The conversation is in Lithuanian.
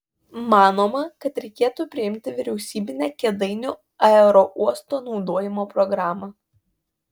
manoma kad reikėtų priimti vyriausybinę kėdainių aerouosto naudojimo programą